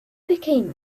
became